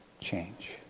change